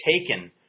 taken